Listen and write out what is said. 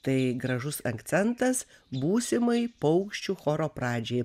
tai gražus akcentas būsimai paukščių choro pradžiai